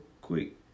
quick